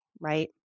right